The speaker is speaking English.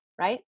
right